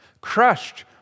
crushed